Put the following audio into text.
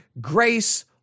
grace